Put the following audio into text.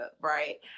right